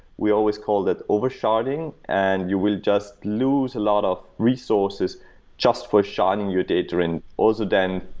we always call that oversharding and you will just lose a lot of resources just for sharding your data. and also, then,